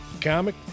comic